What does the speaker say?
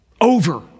Over